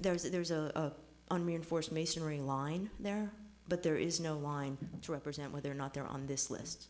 there's a unreinforced masonry line there but there is no line present whether or not they're on this list